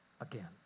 again